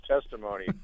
testimony